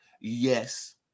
yes